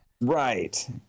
Right